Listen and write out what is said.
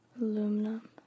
Aluminum